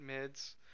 mids